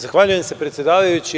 Zahvaljujem se, predsedavajući.